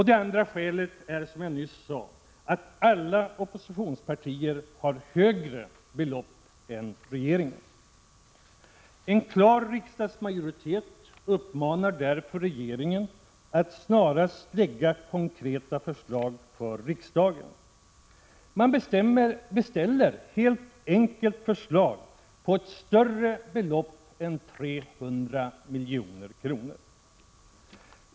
Det andra skälet är, som jag nyss nämnde, att alla oppositionspartier föreslår högre belopp än regeringen. En klar riksdagsmajoritet uppmanar därför regeringen att snarast lägga fram konkreta förslag för riksdagen. Man beställer helt enkelt förslag på ett större belopp än 300 milj.kr.